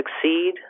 succeed